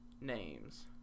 names